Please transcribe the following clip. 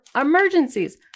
emergencies